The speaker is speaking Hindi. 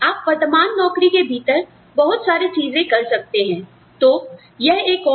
लेकिन आप वर्तमान नौकरी के भीतर बहुत सारी चीजें कर सकते हैं